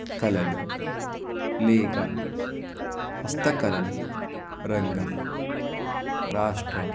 కళలు లేక హస్తకళల రంగం రాష్ట్ర